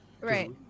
Right